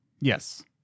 Yes